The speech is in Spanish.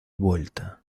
vuelta